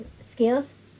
skills